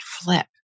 flip